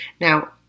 Now